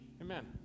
Amen